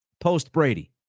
post-Brady